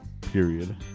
Period